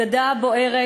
הגדה בוערת,